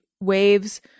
waves